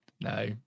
No